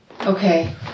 Okay